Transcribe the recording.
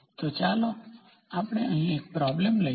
તો ચાલો આપણે અહીં પ્રૉબ્લેમ લઈએ